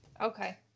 Okay